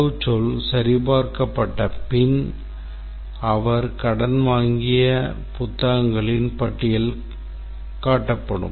கடவுச்சொல் சரிபார்க்கபட்டபின் அவர் கடன் வாங்கிய புத்தகங்களின் பட்டியல் காட்டப்படும்